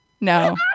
No